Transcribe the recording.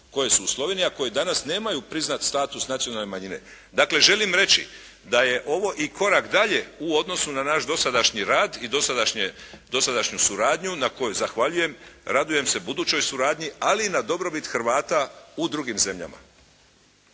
koje su u Sloveniji, a koje danas nemaju priznat status nacionalne manjine. Dakle želim reći da je ovo i korak dalje u odnosu na naš dosadašnji rad i dosadašnje, dosadašnju suradnju na kojoj zahvaljujem. Radujem se budućoj suradnji, ali na dobrobit Hrvata u drugim zemljama.